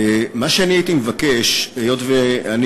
מה שאני הייתי מבקש, היות שאני